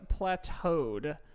plateaued